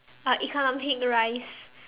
ah economic rice